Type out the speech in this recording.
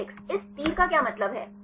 helix इस तीर का क्या मतलब है